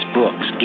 books